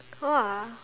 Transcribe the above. !wah!